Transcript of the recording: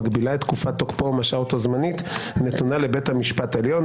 מגבילה את תקופת תוקפו או משהה אותו זמנית נתונה לבית משפט עליון.